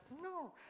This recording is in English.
No